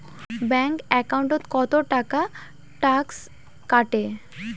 Bank একাউন্টত কতো টাকা ট্যাক্স কাটে?